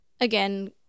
again